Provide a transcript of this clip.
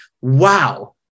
wow